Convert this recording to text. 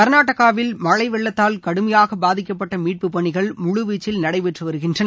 கர்நாடகாவில் மழை வெள்ளத்தால் கடுமையாக பாதிக்கப்பட்ட மீட்பு பணிகள் முழுவீச்சில் நடைபெற்று வருகின்றன